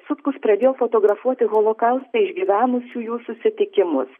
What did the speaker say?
sutkus pradėjo fotografuoti holokaustą išgyvenusiųjų susitikimus